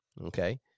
okay